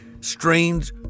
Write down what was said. strange